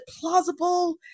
plausible